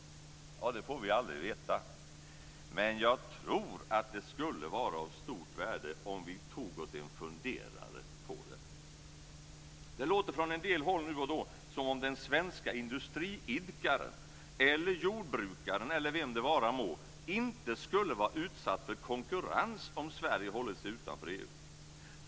Det får vi aldrig veta, men jag tror att det skulle vara av stort värde om vi tog oss en funderare på det. Det låter från en del håll, nu och då, som om den svenska industriidkaren eller jordbrukaren eller vem det vara må, inte skulle ha varit utsatt för konkurrens om Sverige hållit sig utanför EU.